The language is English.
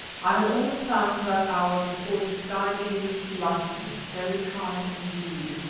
i have always found that hour before the sky begins to lighten very trying indeed.